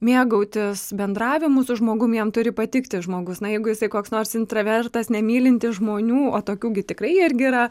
mėgautis bendravimu su žmogum jam turi patikti žmogus na jeigu jisai koks nors intravertas nemylintis žmonių o tokių gi tikrai irgi yra